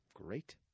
great